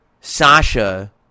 Sasha